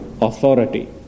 authority